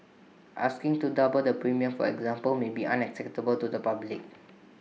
asking to double the premium for example may be unacceptable to the public